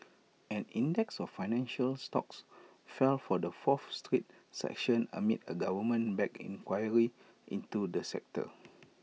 an index of financial stocks fell for the fourth straight session amid A government backed inquiry into the sector